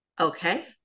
Okay